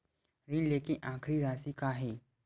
ऋण लेके आखिरी राशि का हे?